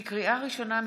לקריאה ראשונה,